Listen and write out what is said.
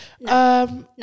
No